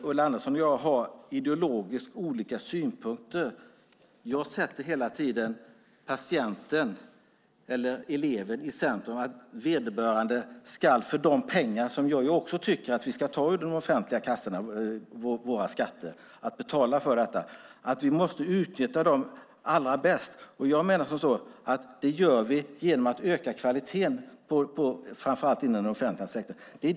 Fru talman! Ideologiskt har Ulla Andersson och jag olika syn. Jag sätter hela tiden patienten respektive eleven i centrum. De pengar som också jag tycker att vi ska ta ur den offentliga kassan, från våra skatter, till detta måste vi utnyttja på allra bästa sätt. Det gör vi, menar jag, genom att öka kvaliteten framför allt inom den offentliga sektorn.